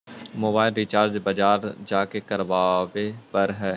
मोबाइलवा रिचार्ज बजार जा के करावे पर है?